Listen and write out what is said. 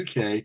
uk